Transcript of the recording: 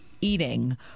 eating